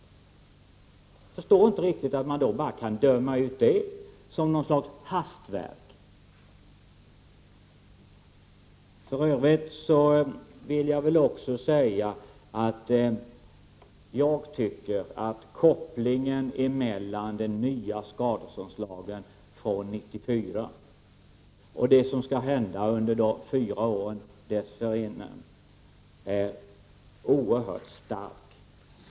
Jag förstår inte riktigt att man kan döma ut det som något slags hastverk. För övrigt vill jag också säga att jag tycker att kopplingen mellan den nya skadeståndslagen 1994 och det som skall hända under de fyra åren dessförinnan är oerhört stark.